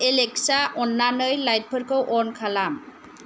Alexa अन्नानै लाइटफोरखौ on खालाम